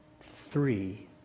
Three